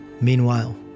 Meanwhile